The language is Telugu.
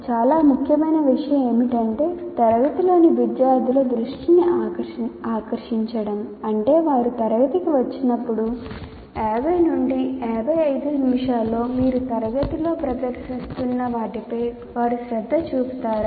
చాలా ముఖ్యమైన విషయం ఏమిటంటే తరగతిలోని విద్యార్థుల దృష్టిని ఆకర్షించడం అంటే వారు తరగతికి వచ్చినప్పుడు 50 55 నిమిషాలలో మీరు తరగతిలో ప్రదర్శిస్తున్న వాటిపై వారు శ్రద్ధ చూపుతారా